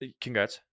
congrats